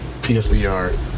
PSVR